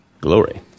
Glory